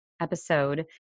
episode